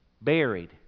buried